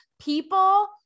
people